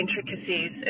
intricacies